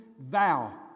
vow